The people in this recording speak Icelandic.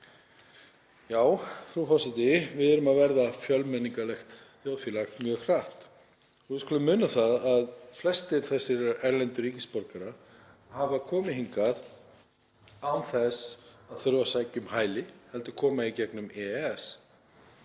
Já, frú forseti, við erum að verða fjölmenningarlegt þjóðfélag mjög hratt og við skulum muna að flestir þessir erlendu ríkisborgarar hafa komið hingað án þess að þurfa að sækja um hæli, þeir koma í gegnum EES.